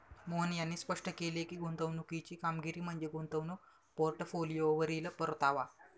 मोहन यांनी स्पष्ट केले की, गुंतवणुकीची कामगिरी म्हणजे गुंतवणूक पोर्टफोलिओवरील परतावा